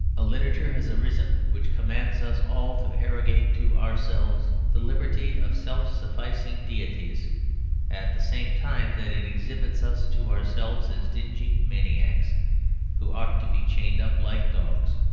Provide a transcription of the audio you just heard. a literature has arisen which commands us all to arrogate to ourselves the liberty of self-sufficing deities at the same time that it exhibits us to ourselves as dingy maniacs who ought to be chained up like dogs.